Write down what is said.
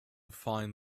find